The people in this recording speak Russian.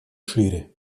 шире